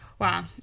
Wow